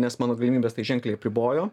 nes mano galimybes tai ženkliai apribojo